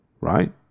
right